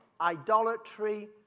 idolatry